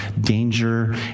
danger